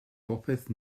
bopeth